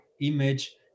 image